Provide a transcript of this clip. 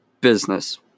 business